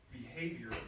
behavior